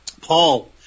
Paul